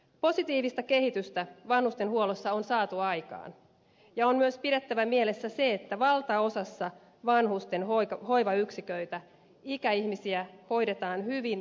positiivista kehitystä vanhustenhuollossa on saatu aikaan ja on myös pidettävä mielessä se että valtaosassa vanhusten hoivayksiköitä ikäihmisiä hoidetaan hyvin ja turvallisesti